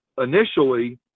initially